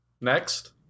Next